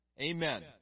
Amen